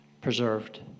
preserved